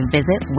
Visit